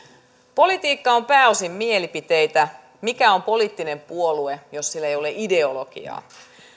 politiikka on pääosin mielipiteitä mikä on poliittinen puolue jos sillä ei ole ideologiaa